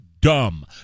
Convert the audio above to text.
dumb